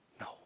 no